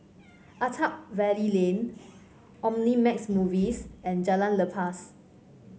Attap Valley Lane Omnimax Movies and Jalan Lepas